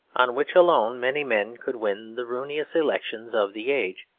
on which alone many men could win the ruinous elections of the age,